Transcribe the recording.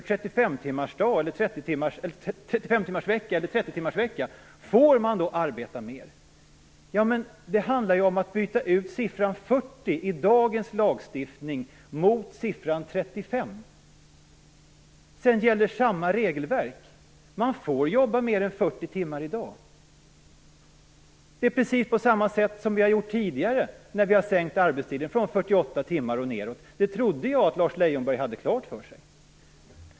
timmarsvecka eller 30-timmarsvecka, får man då arbeta mer? Det handlar om att byta ut siffran 40 i dagens lagstiftning mot siffran 35. Sedan gäller samma regelverk. Man får jobba mer än 40 timmar i dag. Det är precis på samma sätt som vi har gjort tidigare när vi har sänkt arbetstiden från 48 timmar och neråt. Det trodde jag att Lars Leijonborg hade klart för sig.